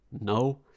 No